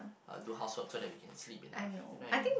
uh do housework so that we can sleep enough you know what I mean